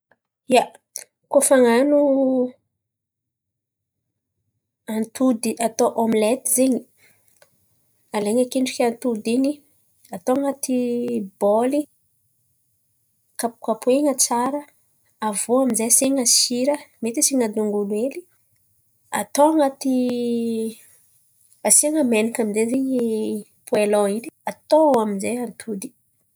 Ia, koa fa an̈ano antody atao ômelety zen̈y, alain̈a akendriky antody iny, atao an̈aty baoly, kapokapoen̈a tsara, aviô aminjay asian̈a sira. Mety asian̈a dong'olo hely, atao an̈aty asian̈a menakà aminjay zen̈y poelòn iny atao ao aminjay atody.